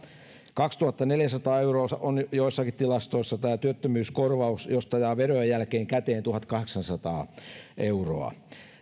kaksituhattaneljäsataa euroa on joissakin tilastoissa tämä työttömyyskorvaus josta jää verojen jälkeen käteen tuhatkahdeksansataa euroa